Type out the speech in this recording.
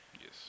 Yes